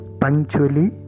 punctually